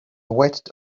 waited